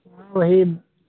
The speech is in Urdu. ہاں وہی